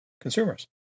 consumers